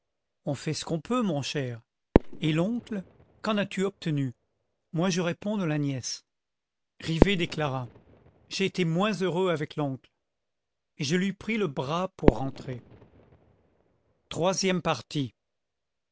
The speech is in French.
on fait ce qu'on peut mon cher et l'oncle qu'en as-tu obtenu moi je réponds de la nièce rivet déclara j'ai été moins heureux avec l'oncle et je lui pris le bras pour rentrer